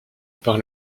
par